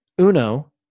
Uno